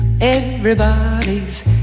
Everybody's